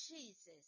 jesus